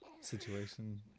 situation